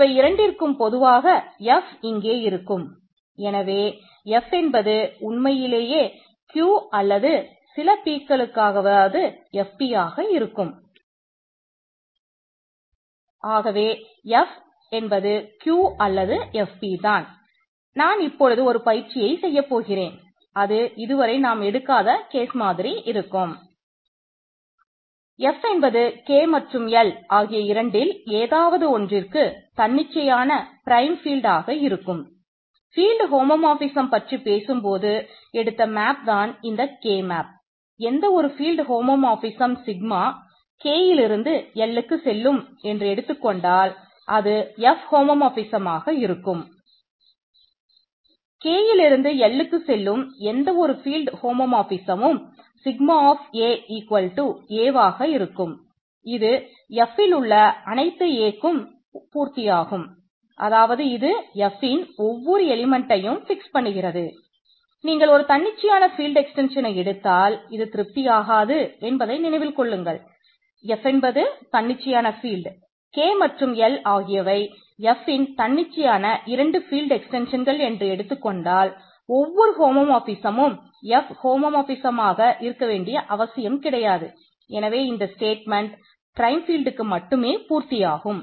F என்பது K மற்றும் L ஆகிய இரண்டில் ஏதாவது ஒன்றிற்கு தன்னிச்சையான பிரைம் மட்டுமே பூர்த்தியாகும்